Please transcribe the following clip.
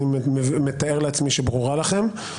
אני מתאר לעצמי שהיא ברורה לכם.